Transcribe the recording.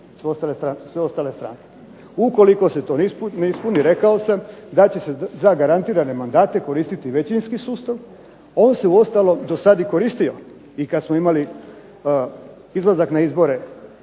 sve ostale strane. Ukoliko se to ne ispuni rekao sam da će se za garantirane mandate koristiti većinski sustav. On se uostalom do sad i koristio i kad smo imali izlazak na izbore